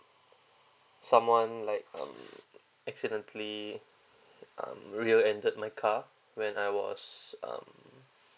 someone like um accidentally um rear-ended the car when I was um